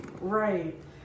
Right